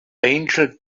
angel